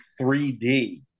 3D